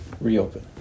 reopen